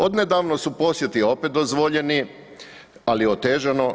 Odnedavno su posjeti opet dozvoljeni, ali otežano.